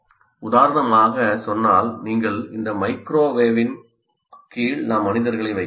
உதாரணமாக சொன்னால் நீங்கள் இங்கே மைக்ரோவேவின் கீழ் நாம் மனிதர்களை வைக்கிறோம்